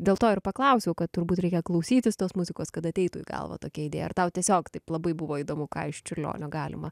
dėl to ir paklausiau kad turbūt reikia klausytis tos muzikos kad ateitų į galvą tokia idėja ar tau tiesiog taip labai buvo įdomu ką iš čiurlionio galima